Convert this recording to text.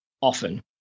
often